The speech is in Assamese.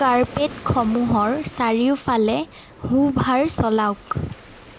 কাৰ্পেটসমূহৰ চাৰিওফালে হুভাৰ চলাওক